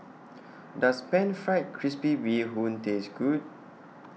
Does Pan Fried Crispy Bee Hoon Taste Good